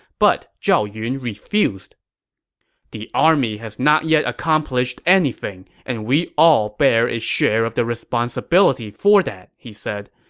but zhao yun refused the army has not yet accomplished anything, and we all bear a share of the responsibility for that, he said.